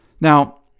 Now